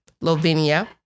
Lavinia